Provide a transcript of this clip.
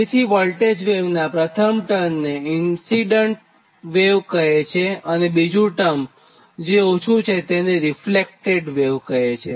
જેથી વોલ્ટેજ વેવનાં પ્રથમ ટર્મને ઇન્સીડન્ટ વેવ અને બીજું ટર્મ કે જે ઓછું છે તેને રીફ્લેક્ટેડ વેવ કહે છે